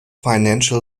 financial